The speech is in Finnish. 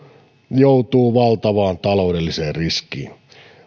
joutuu valtavaan taloudelliseen riskiin